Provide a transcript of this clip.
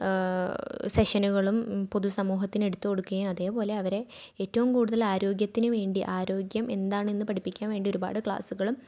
സെഷനുകളും പൊതു സമൂഹത്തിന് എടുത്ത് കൊടുക്കുകയും അതേപോലെ അവരെ ഏറ്റവും കൂടുതൽ ആരോഗ്യത്തിന് വേണ്ടി ആരോഗ്യം എന്താണെന്ന് പഠിപ്പിക്കാൻ വേണ്ടി ഒരുപാട് ക്ലാസ്സുകളും